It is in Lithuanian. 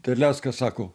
terleckas sako